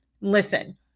Listen